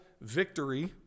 victory